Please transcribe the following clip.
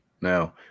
Now